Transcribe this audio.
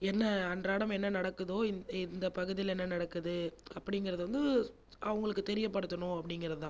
என்ன அன்றாடம் என்ன நடக்குதோ இந்த பகுதியில் என்ன நடக்குது அப்படிங்குறத வந்து அவங்களுக்கு தெரியபடுத்தணும் அப்படிங்குறது தான்